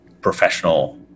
professional